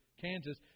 Kansas